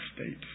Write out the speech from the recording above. States